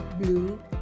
blue